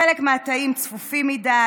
חלק מהתאים צפופים מדי.